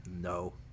no